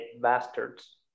bastards